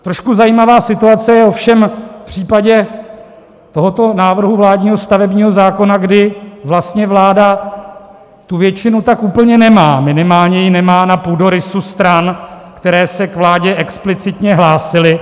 Trošku zajímavá situace je ovšem v případě tohoto návrhu vládního stavebního zákona, kdy vlastně vláda tu většinu tak úplně nemá, minimálně ji nemá na půdorysu stran, které se k vládě explicitně hlásily.